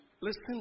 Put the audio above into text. listen